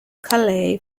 calais